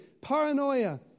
paranoia